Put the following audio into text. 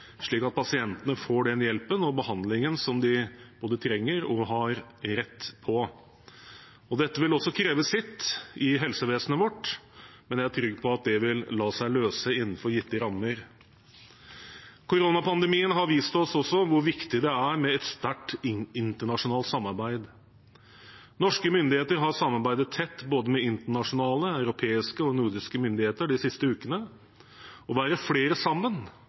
slik at pasientene får den hjelpen og behandlingen de både trenger og har rett til. Dette vil kreve sitt i helsevesenet vårt, men jeg er trygg på at det vil la seg løse innenfor gitte rammer. Koronapandemien har også vist oss hvor viktig det er med et sterkt internasjonalt samarbeid. Norske myndigheter har samarbeidet tett med både internasjonale, europeiske og nordiske myndigheter de siste ukene. Å være flere sammen